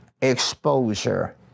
exposure